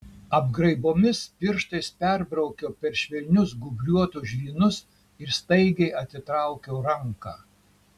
apgraibomis pirštais perbraukiau per švelnius gūbriuotus žvynus ir staigiai atitraukiau ranką